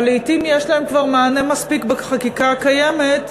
אבל לעתים יש להן כבר מענה מספיק בחקיקה הקיימת,